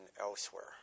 elsewhere